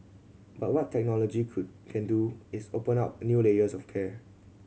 but what technology could can do is open up new layers of care